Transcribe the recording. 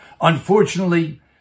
Unfortunately